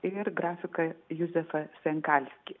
ir grafikąjuzefą senkalskį